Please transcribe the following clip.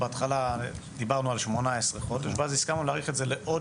בהתחלה דיברנו על 18 חודשים ואז הסכמנו להאריך את זה לעוד